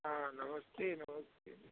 हाँ नमस्ते नमस्ते